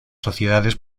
sociedades